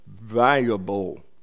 valuable